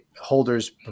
holders